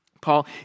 Paul